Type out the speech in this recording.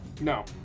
no